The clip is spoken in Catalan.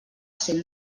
cent